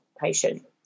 patient